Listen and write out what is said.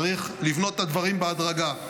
צריך לבנות הדברים בהדרגה.